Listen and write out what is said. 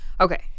Okay